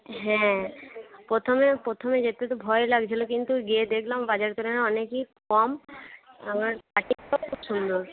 হ্যাঁ প্রথমে প্রথমে যেতে তো ভয় লাগছিল কিন্তু গিয়ে দেখলাম বাজারের তুলনায় অনেকই কম আমার কাটিংটাও খুব সুন্দর